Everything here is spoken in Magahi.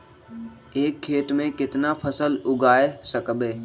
एक खेत मे केतना फसल उगाय सकबै?